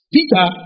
Peter